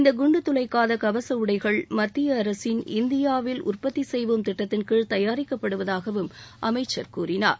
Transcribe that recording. இந்த குண்டு துளைக்காத கவச உடைகள் மத்திய அரசின் இந்தியாவில் உற்பத்தி செய்வோம் திட்டத்தின் கீழ் தயாரிக்கப்படுவதாகவும் அமைச்சர் கூறினார்